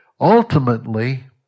Ultimately